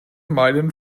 meilen